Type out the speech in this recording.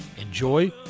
Enjoy